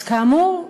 אז כאמור,